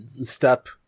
step